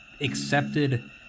accepted